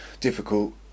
difficult